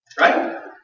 Right